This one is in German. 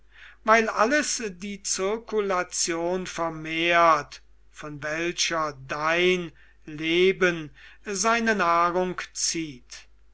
weil alles die zirkulation vermehrt von welcher dein leben seine nahrung zieht